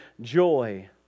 joy